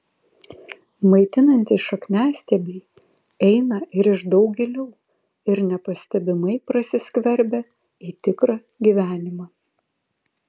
maitinantys šakniastiebiai eina ir iš daug giliau ir nepastebimai prasiskverbia į tikrą gyvenimą